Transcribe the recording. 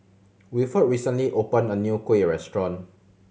Wilford recently opened a new kuih restaurant